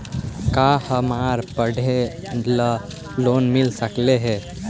का हमरा पढ़े ल लोन मिल सकले हे?